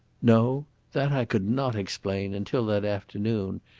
no that i could not explain until that afternoon,